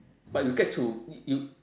but you get to you